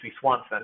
Swanson